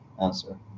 answer